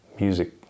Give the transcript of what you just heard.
music